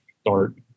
start